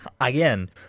Again